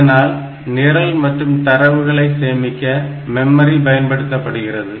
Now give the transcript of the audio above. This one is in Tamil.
இதனால் நிரல் மற்றும் தரவுகளை சேமிக்க மெமரி பயன்படுத்தப்படுகிறது